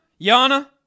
Yana